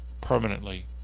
permanently